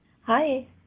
hi